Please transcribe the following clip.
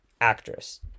Actress